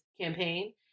campaign